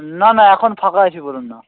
না না এখন ফাঁকা আছি বলুন না